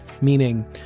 meaning